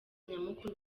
nyamukuru